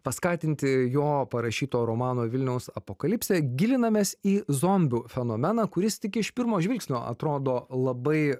paskatinti jo parašyto romano vilniaus apokalipsė gilinamės į zombių fenomeną kuris tik iš pirmo žvilgsnio atrodo labai